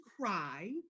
cry